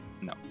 No